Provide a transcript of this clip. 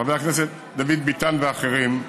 של חבר הכנסת דוד ביטן ואחרים,